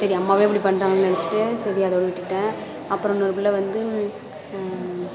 சரி அம்மாவே இப்படி பண்ணுறாங்கனு நினச்சிட்டு சரி அதோடு விட்டுவிட்டேன் அப்புறம் இன்னோரு பிள்ள வந்து